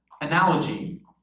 analogy